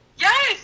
Yes